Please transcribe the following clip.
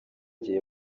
gihe